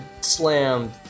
slammed